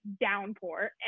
downpour